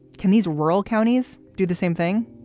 can these rural counties do the same thing?